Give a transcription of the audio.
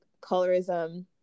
colorism